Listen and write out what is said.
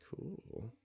cool